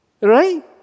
Right